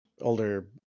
older